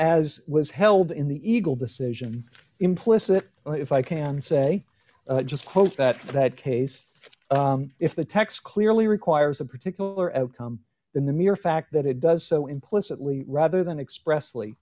as was held in the eagle decision implicit if i can say just hope that that case if the text clearly requires a particular outcome than the mere fact that it does so implicitly rather than express